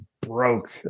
broke